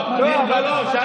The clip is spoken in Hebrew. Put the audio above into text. חבר